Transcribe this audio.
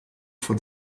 von